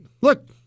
look